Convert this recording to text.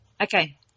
Okay